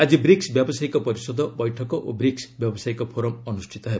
ଆଜି ବ୍ରିକ୍ ବ୍ୟାବସାୟିକ ପରିଷଦ ବୈଠକ ଓ ବ୍ରିକ୍ୱ ବ୍ୟାବସାୟିକ ଫୋରମ୍ ଅନୁଷ୍ଠିତ ହେବ